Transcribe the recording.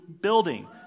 building